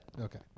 Okay